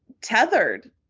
tethered